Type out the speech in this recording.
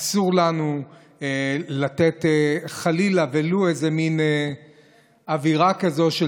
אסור לנו לתת חלילה ולו איזו מין אווירה כזו של